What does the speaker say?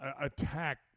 attack